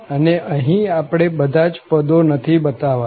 અને અહીં આપણે બધા જ પદો નથી બતાવવાના